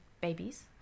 babies